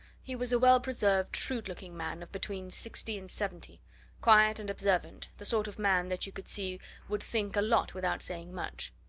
he was a well-preserved, shrewd-looking man of between sixty and seventy quiet and observant, the sort of man that you could see would think a lot without saying much.